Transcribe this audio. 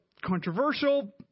controversial